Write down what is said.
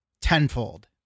tenfold